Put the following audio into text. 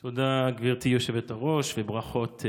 תודה, גברתי היושבת-ראש, וברכות.